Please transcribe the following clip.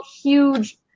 huge